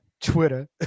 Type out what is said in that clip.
Twitter